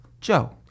Joe